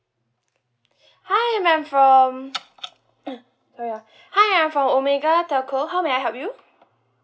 hi I'm from um uh hi I'm from omega telco how may I help you